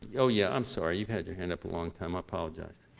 oh yeah, i'm sorry, you've had your hand up a long time, i apologize.